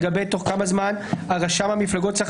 לגבי תוך כמה זמן רשם המפלגות צריך